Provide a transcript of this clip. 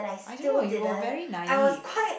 I don't know you were very naive